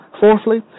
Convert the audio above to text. Fourthly